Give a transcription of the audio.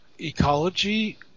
ecology